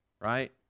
right